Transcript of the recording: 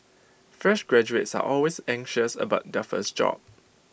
fresh graduates are always anxious about their first job